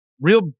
real